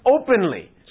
openly